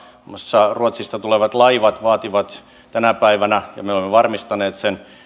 muassa ruotsista tulevat laivat vaativat tänä päivänä ja me olemme varmistaneet sen